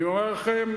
אני אומר לכם,